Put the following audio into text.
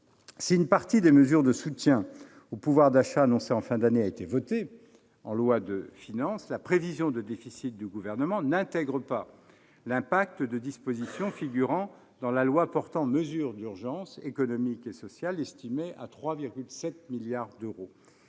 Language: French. si une partie des mesures de soutien au pouvoir d'achat annoncées en fin d'année a été votée en loi de finances, la prévision de déficit du Gouvernement n'intègre pas l'impact des dispositions figurant dans la loi portant mesures d'urgence économiques et sociales, estimé à 3,7 milliards d'euros.